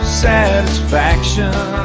satisfaction